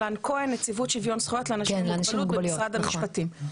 נציבות שוויון זכויות לאנשים עם מוגבלות במשרד המשפטים.